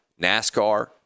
NASCAR